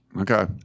Okay